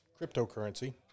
cryptocurrency